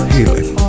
Healing